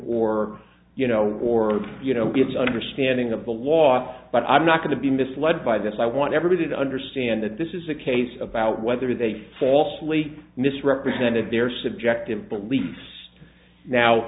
or you know or you know gives understanding of the law but i'm not going to be misled by this i want everybody to understand that this is a case about whether they falsely misrepresented their subjective beliefs now